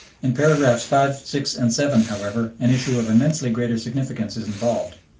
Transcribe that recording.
in paragraphs five, six, and seven, however, an issue of immensely greater significance is involved.